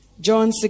John